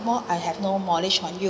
more I have more knowledge than you